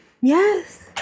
Yes